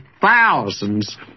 thousands